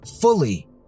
fully